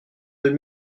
deux